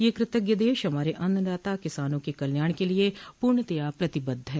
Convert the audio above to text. यह कृतज्ञ देश हमारे अन्नदाता किसानों के कल्याण के लिये पूर्णतया पतिबद्ध है